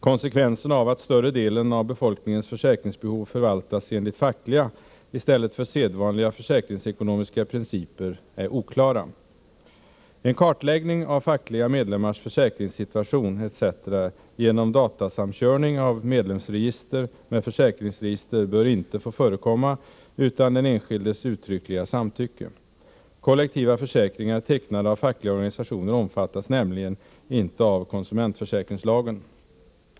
Konsekvenserna av att större delen av befolkningens försäkringsbehov förvaltas enligt fackliga i stället för sedvanliga försäkringsekonomiska principer är oklara. En kartläggning av t.ex. fackliga medlemmars försäkringssituation genom datasamkörning av medlemsregister med försäkringsregister bör inte få förekomma utan den enskildes uttryckliga samtycke. Kollektiva försäkringar, tecknade av fackliga organisationer, omfattas nämligen inte av konsumentförsäkringslagen.